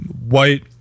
white